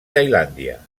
tailàndia